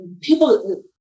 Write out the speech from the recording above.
people